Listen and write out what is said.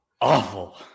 awful